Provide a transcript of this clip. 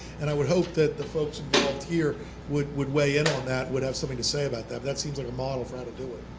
and i would hope that the folks involved here would would weigh in on that, would have something to say about that. that seems like a model for how to do it.